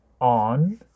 on